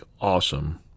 awesome